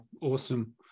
awesome